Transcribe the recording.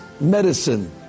medicine